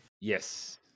Yes